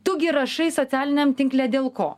tu gi rašai socialiniam tinkle dėl ko